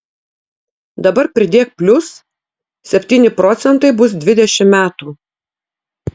dabar pridėk plius septyni procentai bus dvidešimt metų